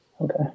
Okay